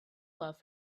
love